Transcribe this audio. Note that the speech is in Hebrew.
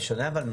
בשונה אבל,